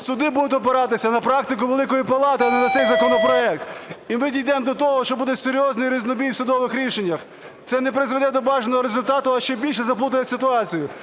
суди будуть опиратися на практику Великої Палати, а не на цей законопроект і ми дійдемо до того, що буде серйозний різнобій в судових рішеннях. Це не призведе до бажаного результату, а ще більше заплутає ситуацію.